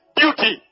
beauty